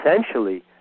essentially